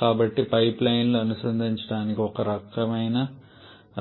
కాబట్టి పైప్ లైన్లను అనుసంధానించడానికి ఒక రకమైన